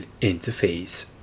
interface